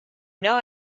know